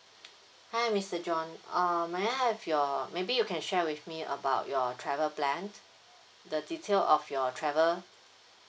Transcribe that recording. hi mister john uh may I have your maybe you can share with me about your travel plan the detail of your travel